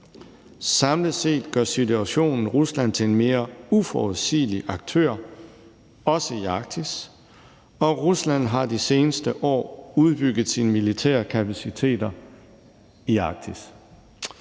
Samlet set gør situationen Rusland til en mere uforudsigelig aktør – også i Arktis ... Rusland har de seneste år udbygget sine militære kapaciteter i Arktis.«